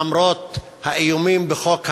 למרות האיומים בחוק ההשעיה,